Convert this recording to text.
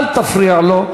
אל תפריע לשר.